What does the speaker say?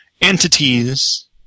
entities